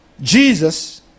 Jesus